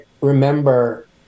remember